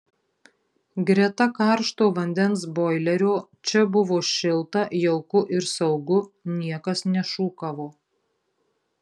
greta karšto vandens boilerio čia buvo šilta jauku ir saugu niekas nešūkavo